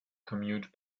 commute